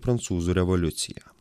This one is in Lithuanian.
prancūzų revoliucija